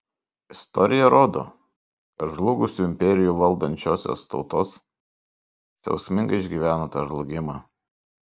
istorija rodo kad žlugusių imperijų valdančiosios tautos skausmingai išgyvena tą žlugimą